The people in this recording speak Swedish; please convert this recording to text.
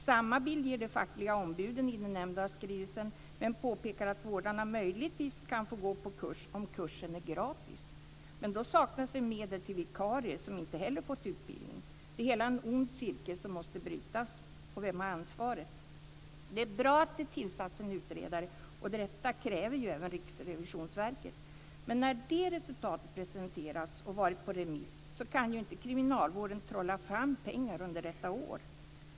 Samma bild ger de fackliga ombuden i den nämnda skrivelsen men påpekar att vårdarna möjligtvis kan få gå på kurs om kursen är gratis. Men då saknas det medel till vikarier som inte heller fått utbildning. Det hela är en ond cirkel som måste brytas, och vem har ansvaret? Det är bra att det har tillsatts en utredare, och detta kräver ju även Riksrevisionsverket. Men när det resultatet presenterats och varit på remiss kan ju inte kriminalvården trolla fram pengar under detta år.